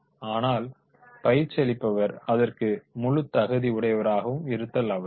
ஆனால் பயிற்சி அளிப்பவர் அதற்கு முழு தகுதி உடையவராகவும் இருத்தல் அவசியம்